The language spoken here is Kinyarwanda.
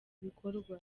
bikorwa